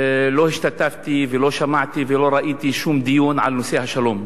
ולא השתתפתי ולא שמעתי ולא ראיתי שום דיון על נושא השלום.